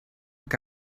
que